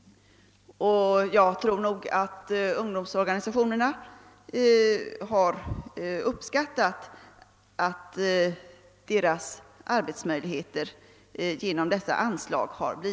Jag tror också att ungdomsorganisationerna har uppskattat att deras arbetsmöjligheter förbättrats genom dessa anslag.